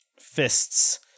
fists